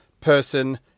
person